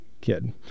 kid